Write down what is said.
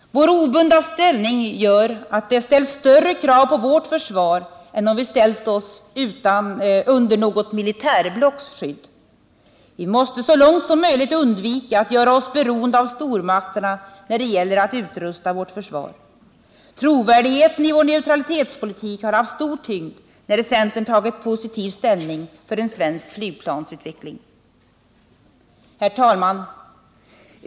Vår obundna ställning gör att det ställs större krav på vårt försvar än om vi ställt oss under något militärblocks beskydd. Vi måste så långt som möjligt undvika att göra oss beroende av stormakterna när det gäller att utrusta vårt försvar. Trovärdigheten i vår neutralitetspolitik har haft stor tyngd när centern tagit positiv ställning för en svensk flygplansutveckling. Herr talman!